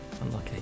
unlucky